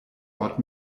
ort